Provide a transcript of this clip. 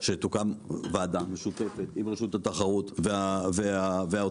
שתוקם וועדה משותפת עם רשות התחרות והאוצר.